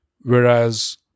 Whereas